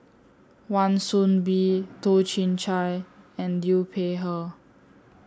Wan Soon Bee Toh Chin Chye and Liu Peihe